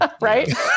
Right